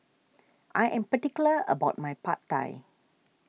I am particular about my Pad Thai